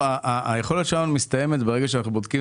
היכולת שלנו מסתיימת ברגע שאנחנו בודקים